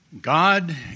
God